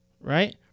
right